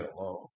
alone